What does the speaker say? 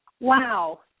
wow